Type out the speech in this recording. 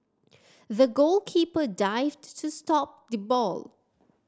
the goalkeeper dived to stop the ball